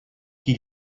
qui